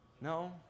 No